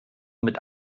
mit